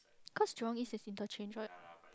cause Jurong East is interchange what